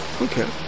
okay